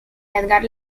edgar